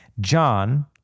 John